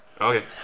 Okay